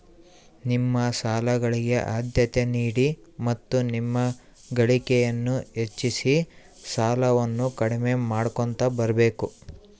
ನಿಮ್ಮ ಸಾಲಗಳಿಗೆ ಆದ್ಯತೆ ನೀಡಿ ಮತ್ತು ನಿಮ್ಮ ಗಳಿಕೆಯನ್ನು ಹೆಚ್ಚಿಸಿ ಸಾಲವನ್ನ ಕಡಿಮೆ ಮಾಡ್ಕೊಂತ ಬರಬೇಕು